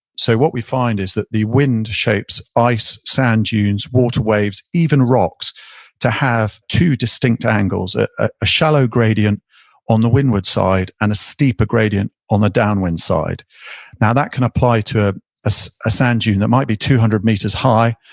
so what we find is that the wind shapes ice, sand dunes, water waves, even rocks to have two distinct angles ah ah a shallow gradient on the windward side and a steeper gradient on the downwind side now that can apply to a sand dune that might be two hundred meter high,